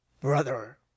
Brother